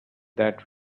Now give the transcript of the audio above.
that